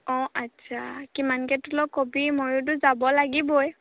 অঁ আচ্ছা কিমানকে তোল ক'বি ময়োতো যাব লাগিবই